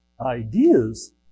ideas